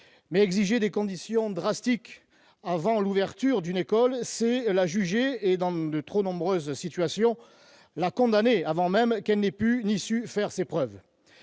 exiger des conditions drastiques avant l'ouverture d'une école, c'est la juger et, dans de trop nombreuses situations, la condamner avant même qu'elle ait pu, ou su, faire ses preuves.